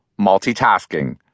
Multitasking